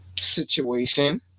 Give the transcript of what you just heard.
situation